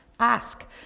Ask